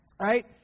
Right